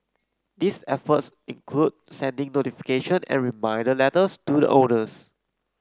these efforts include sending notification and reminder letters to the owners